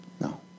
no